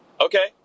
Okay